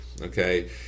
okay